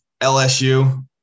LSU